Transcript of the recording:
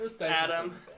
Adam